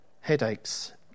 headaches